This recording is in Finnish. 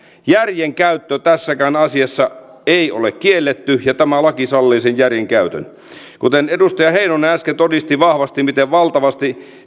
järjen käyttö tässäkään asiassa ei ole kielletty ja tämä laki sallii sen järjen käytön edustaja heinonen äsken todisti vahvasti miten valtavasti